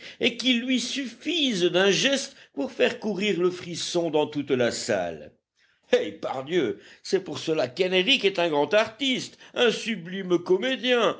et qu'il lui suffise d'un geste pour faire courir le frisson dans toute la salle eh pardieu c'est pour cela qu'henrich est un grand artiste un sublime comédien